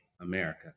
America